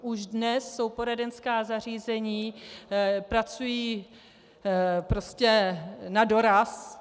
Už dnes jsou poradenská zařízení, pracují prostě nadoraz.